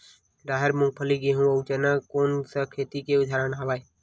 राहेर, मूंगफली, गेहूं, अउ चना कोन सा खेती के उदाहरण आवे?